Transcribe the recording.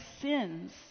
sin's